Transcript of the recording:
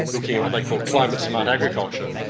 looking at what they call climate smart agriculture.